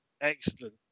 Excellent